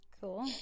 Cool